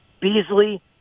Beasley